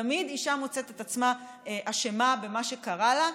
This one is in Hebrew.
תמיד אישה מוצאת את עצמה אשמה במה שקרה לה.